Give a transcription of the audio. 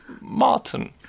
Martin